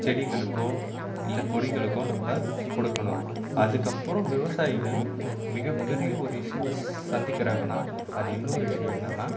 செடிகளுக்கோ இல்லை கொடிகளுக்கோ நம்ம கொடுக்கணும் அதுக்கு அப்புறம் விவசாயிகள் மிக பெரிய ஒரு இஸ்யூவை சந்திக்கிறாங்கன்னா அது இன்னொரு இஸ்யூ என்னென்னா